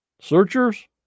Searchers